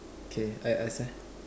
okay I ask ah